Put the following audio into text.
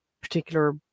particular